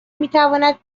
میتواند